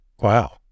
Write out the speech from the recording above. Wow